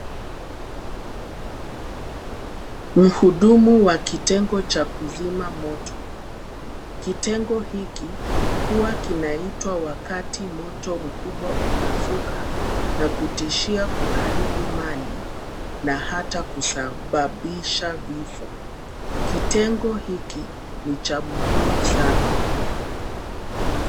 Mhudumu wa kitengo cha kuzima moto. Kitengo hiki huwa kinaitwa wakati wakati moto mkubwa unazuka, na kutishia kuharibu mali, na hata kusababisha vifo. Kitengo hiki, ni cha muhimu sana.